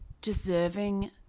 deserving